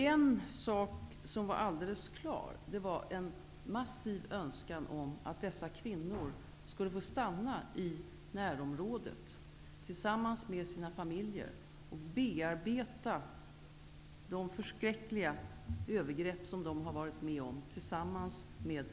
En sak som var alldeles klar var att det fanns en massiv önskan om att dessa kvinnor skulle få stanna i närområdet och tillsammans med sina fa miljer bearbeta de förskräckliga övergrepp som de har varit med om.